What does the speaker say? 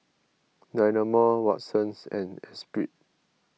Dynamo Watsons and Espirit